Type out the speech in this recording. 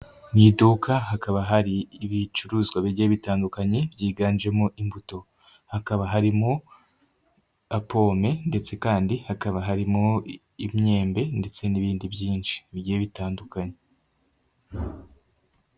Mu iduka hakaba hari ibicuruzwa bigiye bitandukanye byiganjemo imbuto, hakaba harimo pome ndetse kandi hakaba harimo imyembe ndetse n'ibindi byinshi bigiye bitandukanye.